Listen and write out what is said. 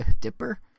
Dipper